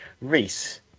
reese